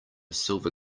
silver